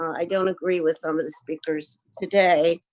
i don't agree with some of the speakers today.